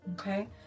Okay